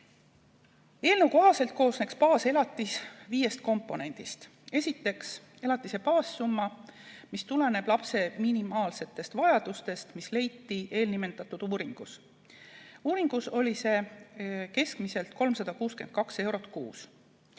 Eelnõu kohaselt koosneks baaselatis viiest komponendist. Esiteks, elatise baassumma, mis tuleneb lapse minimaalsetest vajadustest, mis leiti eelnimetatud uuringu tulemusena. Uuringus oli see keskmiselt 362 eurot kuus.